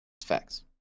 facts